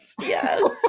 yes